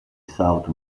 south